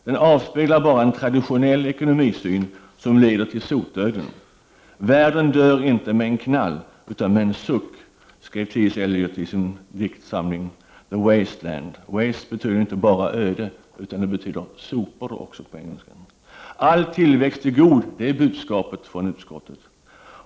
Den avspeglar bara en traditionell ekonomisyn som leder till sotdöden. Världen dör inte med en knall utan med en suck, skrev T S Eliot i sin diktsamling The waste land. ”Waste” betyder inte bara öde utan det betyder också sopor på engelska. All tillväxt är god — det är budskapet från utskottet.